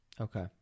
Okay